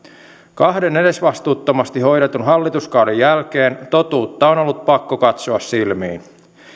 kahden edesvastuuttomasti hoidetun hallituskauden jälkeen totuutta on ollut pakko katsoa silmiin